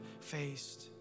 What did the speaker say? faced